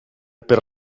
per